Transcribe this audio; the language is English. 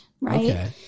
Right